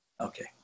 Okay